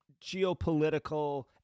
geopolitical